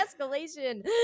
Escalation